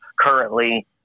currently